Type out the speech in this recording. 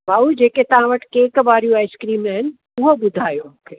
भाऊ जे के तव्हां वटि जे के केक वारी आइस्क्रीमूं आहिनि उहो ॿुधायो मूंखे